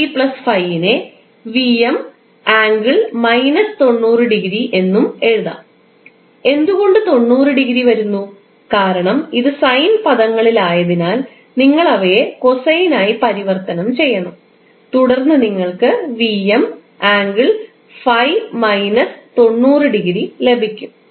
𝑉𝑚∠ 90 ° എന്നും എഴുതാം എന്തുകൊണ്ട് 90 ഡിഗ്രി വരുന്നു കാരണം ഇത് സൈൻ പദങ്ങളിലായതിനാൽ നിങ്ങൾ അവയെ കോസൈനായി പരിവർത്തനം ചെയ്യണം തുടർന്ന് നിങ്ങൾക്ക് ലഭിക്കും